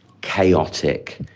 chaotic